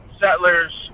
settlers